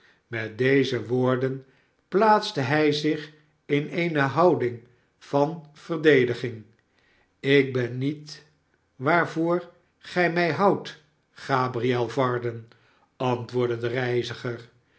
met deze woorden plaatste hij zich in eene houding van verdediging ik ben niet waarvoor gij mij houdt gabriel varden antwoordde de reiziger